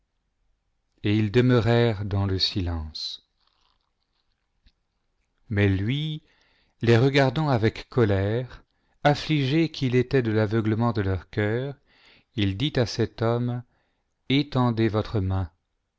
et ils demeurèrent dans le silence mais lui les regardant avec colère affligé qu'il était de l'aveuglement de leur cœur il dit à cet homme étend votre main